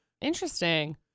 Interesting